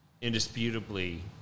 indisputably